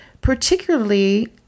particularly